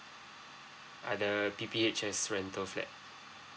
uh the P_P_H_S rental flat